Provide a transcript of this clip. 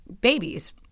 babies